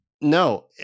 No